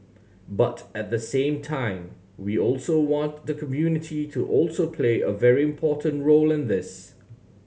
but at the same time we also want the community to also play a very important role in this